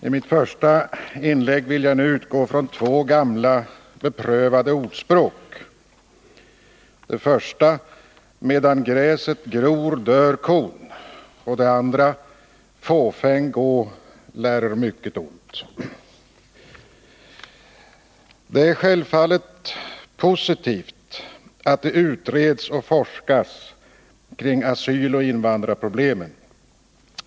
I mitt första inlägg vill jag utgå från två gamla beprövade ordspråk. Det första är: Medan gräset gror dör kon. Och det andra lyder: Fåfäng gå lärer mycket ont. Det är självfallet positivt att det utreds och forskas kring asyloch invandrarproblemen.